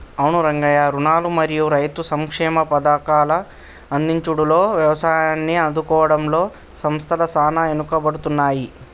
అవును రంగయ్య రుణాలు మరియు రైతు సంక్షేమ పథకాల అందించుడులో యవసాయాన్ని ఆదుకోవడంలో సంస్థల సాన ఎనుకబడుతున్నాయి